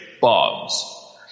bombs